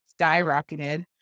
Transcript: skyrocketed